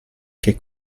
che